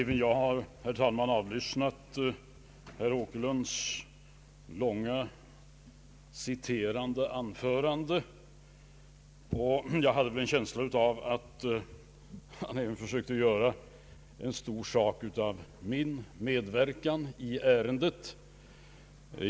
Herr talman! Även jag har lyssnat på herr Åkerlunds långa citerande anförande, och jag hade en känsla av att han försökte göra en stor sak av min medverkan i ärendet.